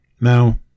Now